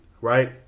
Right